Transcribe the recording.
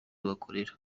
abakorera